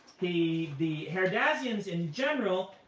the the herdazians, in general,